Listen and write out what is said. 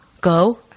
Go